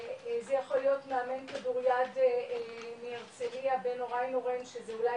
זה יכול להיות מאמן כדור יד מהרצליה שזה אולי